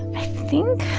think